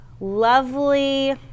lovely